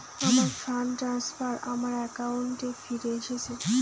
আমার fund transfer আমার অ্যাকাউন্টে ফিরে এসেছে